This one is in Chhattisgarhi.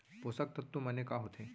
पोसक तत्व माने का होथे?